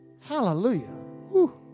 Hallelujah